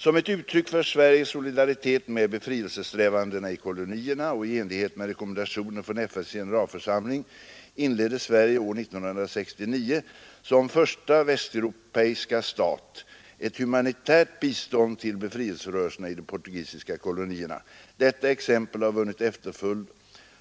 Som ett uttryck för Sveriges solidaritet med befrielsesträvandena i kolonierna och i enlighet med rekommendationer från FN:s generalförsamling inledde Sverige år 1969 som första västeuropeiska stat ett humanitärt bistånd till befrielserörelserna i de portugisiska kolonierna. Detta exempel har senare vunnit efterföljd